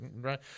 right